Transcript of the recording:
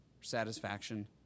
satisfaction